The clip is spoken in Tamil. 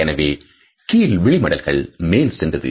எனவே கீழ் விழி மடல்கள் மேல் சென்றது